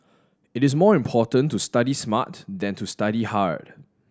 it is more important to study smart than to study hard